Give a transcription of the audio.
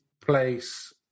place